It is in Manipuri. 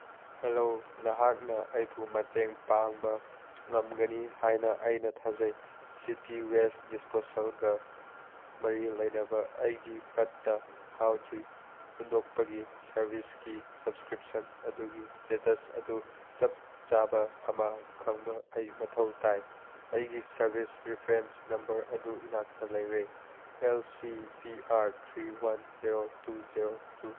ꯍꯂꯣ ꯅꯍꯥꯛꯅ ꯑꯩꯕꯨ ꯃꯇꯦꯡ ꯄꯥꯡꯕ ꯉꯝꯒꯅꯤ ꯍꯥꯏꯅ ꯑꯩꯅ ꯊꯥꯖꯩ ꯁꯤꯇꯤ ꯋꯦꯁ ꯗꯤꯁꯄꯣꯁꯦꯜꯒ ꯃꯔꯤ ꯂꯩꯅꯕ ꯑꯩꯒꯤ ꯐꯠꯇ ꯍꯥꯎꯗꯤ ꯍꯨꯟꯗꯣꯛꯄꯒꯤ ꯁꯔꯚꯤꯁꯀꯤ ꯁꯞꯁꯀ꯭ꯔꯤꯞꯁꯟ ꯑꯗꯨꯒꯤ ꯏꯁꯇꯦꯇꯁ ꯑꯗꯨ ꯆꯞ ꯆꯥꯕ ꯑꯃ ꯈꯪꯕ ꯑꯩ ꯃꯊꯧ ꯇꯥꯏ ꯑꯩꯒꯤ ꯁꯔꯚꯤꯁ ꯔꯤꯐ꯭ꯔꯦꯟꯁ ꯅꯝꯕꯔ ꯑꯗꯨ ꯏꯅꯥꯛꯇ ꯂꯩꯔꯦ L C B R three one zero two zero two